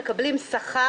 קודם כל,